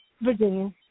Virginia